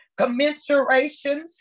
commensurations